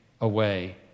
away